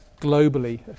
globally